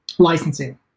Licensing